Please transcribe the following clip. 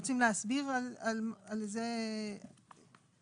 שקלים חדשים נכון ליום י' בניסן התשפ"ג (1 באפריל 2023))